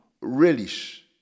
relish